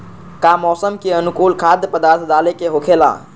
का मौसम के अनुकूल खाद्य पदार्थ डाले के होखेला?